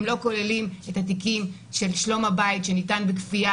הם לא כוללים את התיקים של שלום הבית שניתן בכפייה